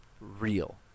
real